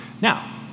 Now